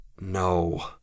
No